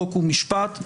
חוק ומשפט.